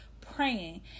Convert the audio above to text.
praying